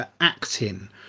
acting